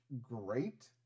great